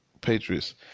Patriots